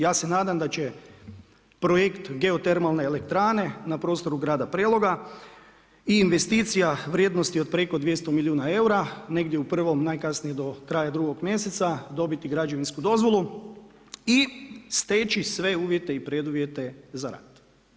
Ja se nadam da će projekt Geotermalne elektrane na prostoru grada Preloga i investicija vrijednosti od preko 200 milijuna eura, negdje u 1. najkasnije do kraja 2. mjeseca dobiti građevinsku dozvolu i steći sve uvjete i preduvjete za rad.